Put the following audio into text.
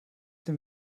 dem